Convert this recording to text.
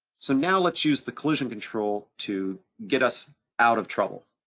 so now let's use the collision control to get us out of trouble.